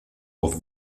auf